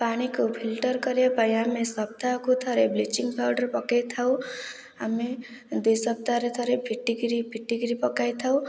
ପାଣିକୁ ଫିଲଟର୍ କରିବାପାଇଁ ଆମେ ସପ୍ତାହକୁ ଥରେ ବ୍ଲିଚିଙ୍ଗ୍ ପାଉଡ଼ର ପକାଇ ଥାଉ ଆମେ ଦିସପ୍ତାହରେ ଥରେ ଫିଟିକିରି ଫିଟିକିରି ପକାଇ ଥାଉ